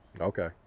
Okay